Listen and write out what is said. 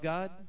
God